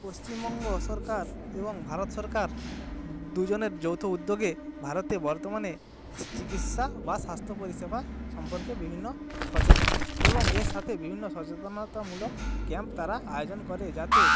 পশ্চিমবঙ্গ সরকার এবং ভারত সরকার দুজনের যৌথ উদ্যোগে ভারতে বর্তমানে চিকিৎসা বা স্বাস্থ পরিষেবা সম্পর্কে বিভিন্ন সচেতন এবং এ সাথে বিভিন্ন সচেতনতামূলক ক্যাম্প তারা আয়োজন করে যাতে